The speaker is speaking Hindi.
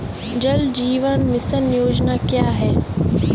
जल जीवन मिशन योजना क्या है?